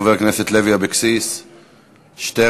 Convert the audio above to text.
חברת הכנסת לוי אבקסיס, שטרן,